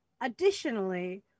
additionally